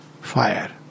fire